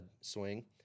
swing